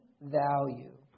value